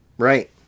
Right